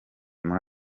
muri